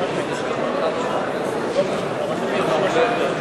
אנחנו עוברים להצבעה.